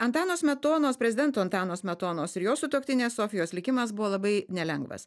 antano smetonos prezidento antano smetonos ir jo sutuoktinės sofijos likimas buvo labai nelengvas